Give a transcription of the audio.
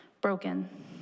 broken